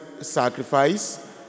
sacrifice